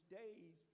days